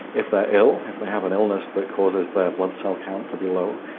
if they're ill, if they have an illness that causes their blood cell count to be low,